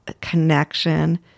connection